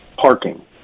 Parking